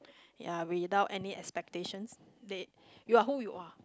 ya without any expectations they you are who you are